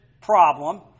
problem